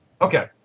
Okay